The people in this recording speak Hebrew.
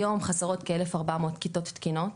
היום חסרות כ-1400 כיתות תקינות.